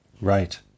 Right